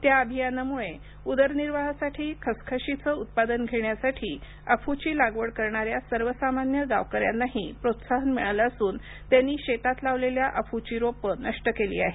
त्या अभियानामुळे उदरनिर्वाहासाठी खसखशीचं उत्पादन घेण्यासाठी अफूची लागवड करणाऱ्या सर्वसामान्य गावकऱ्यांनाही प्रोत्साहन मिळालं असून त्यांनी शेतात लावलेली अफूची रोपं नष्ट केली आहेत